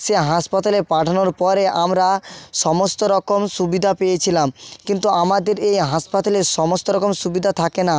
সে হাসপাতালে পাঠানোর পরে আমরা সমস্ত রকম সুবিধা পেয়েছিলাম কিন্তু আমাদের এই হাসপাতালে সমস্ত রকম সুবিধা থাকে না